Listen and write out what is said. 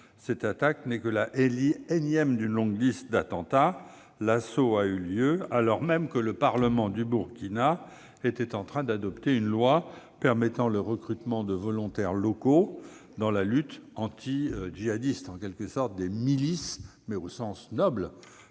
Cette attaque n'est que la énième d'une longue liste d'attentats. L'assaut a eu lieu alors même que le Parlement burkinabé était en train d'adopter une loi permettant le recrutement de volontaires locaux dans la lutte antidjihadiste, des « milices »- au sens noble